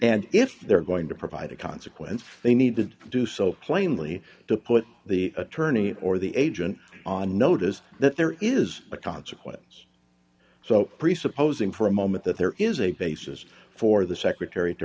and if they're going to provide a consequence they need to do so plainly to put the attorney or the agent on notice that there is a consequence so presupposing for a moment that there is a basis for the secretary to